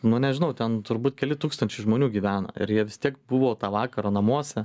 nu nežinau ten turbūt keli tūkstančiai žmonių gyvena ir jie vis tiek buvo tą vakarą namuose